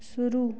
शुरू